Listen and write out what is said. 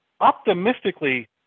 Optimistically